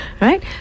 Right